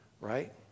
right